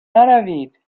نروید